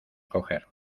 coger